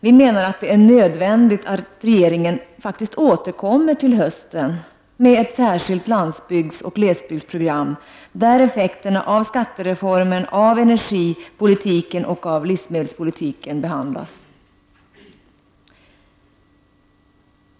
Vi menar att det är nödvändigt att regeringen återkommer till hösten med ett särskilt landsbygdsoch glesbygdsprogram, där effekterna av skattereformen, energipolitiken och livsmedelspolitiken behandlas.